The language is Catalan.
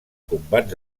combats